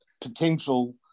potential